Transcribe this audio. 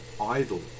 idle